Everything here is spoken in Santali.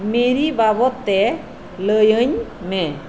ᱢᱮᱨᱤ ᱵᱟᱵᱚᱫ ᱛᱮ ᱞᱟᱹᱭᱟᱹᱧ ᱢᱮ